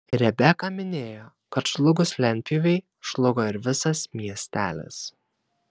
rebeka minėjo kad žlugus lentpjūvei žlugo ir visas miestelis